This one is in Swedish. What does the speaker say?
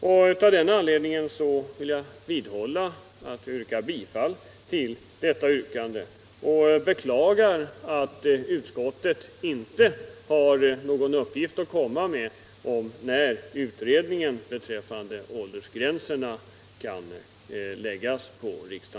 Jag vidhåller alltså yrkandet om bifall till det under överläggningen framställda yrkandet, och jag beklagar att utskottet inte kan lämna någon uppgift om när resultatet av utredningen beträffande åldersgränserna kan föreligga.